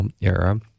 era